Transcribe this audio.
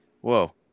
Whoa